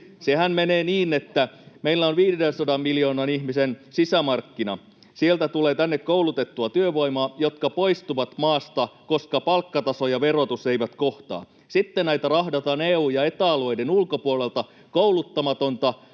Sehän menee niin, että meillä on 500 miljoonan ihmisen sisämarkkina. Sieltä tulee tänne koulutettua työvoimaa, joka poistuu maasta, koska palkkataso ja verotus eivät kohtaa. Sitten rahdataan EU- ja ETA-alueiden ulkopuolelta Suomeen